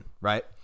right